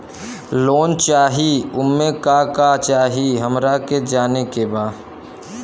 Loan चाही उमे का का चाही हमरा के जाने के बा?